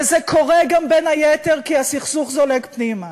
וזה קורה גם, בין היתר, כי הסכסוך זולג פנימה